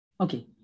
Okay